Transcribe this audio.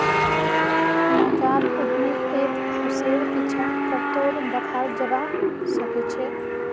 नवजात उद्यमीक एक अवसरेर पीछा करतोत दखाल जबा सके छै